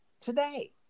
today